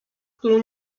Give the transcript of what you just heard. którą